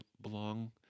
belong